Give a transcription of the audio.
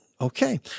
Okay